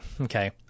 Okay